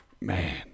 Man